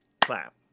clap